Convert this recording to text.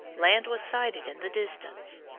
land was sighted in the distance.